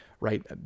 right